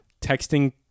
texting